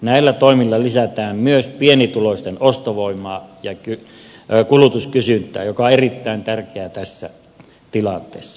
näillä toimilla lisätään myös pienituloisten ostovoimaa ja kulutuskysyntää mikä on erittäin tärkeää tässä tilanteessa